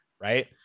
Right